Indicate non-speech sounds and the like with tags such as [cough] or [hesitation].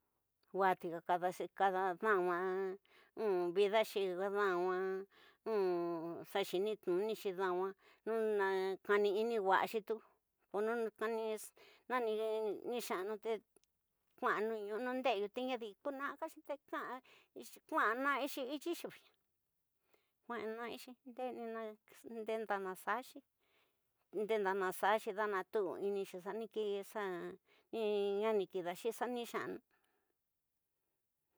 Watika kadaxi, kada dana vida xi, danwa [hesitation] xa xini xini tnunixi dana, nu na kañini waxaxi tuku. Ñamiñi ñxa kanu te kuaran tuvegege ne nadi kuea xi kuna'axi te kua'a naixi ityixi, kuarañaxi endeseñi nde ña naxaxi, nde da naxaxi, da na tuu inixixanikixa ñadi kidaxi xa ni xa'anu.